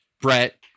Brett